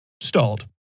stalled